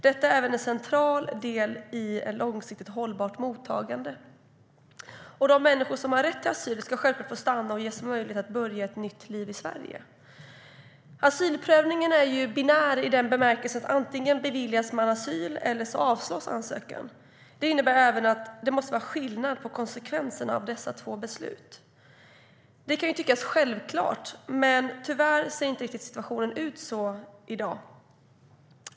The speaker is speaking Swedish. Detta är även en central del i ett långsiktigt hållbart mottagande. Och de människor som har rätt till asyl ska självklart få stanna och ges möjlighet att börja ett nytt liv i Sverige. Asylprövningen är binär i bemärkelsen att antingen beviljas man asyl, eller så avslås ansökan. Det innebär även att det måste vara skillnad på konsekvenserna av dessa två beslut. Det kan tyckas självklart, men tyvärr ser inte situationen ut så i dag.